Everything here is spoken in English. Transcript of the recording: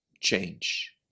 change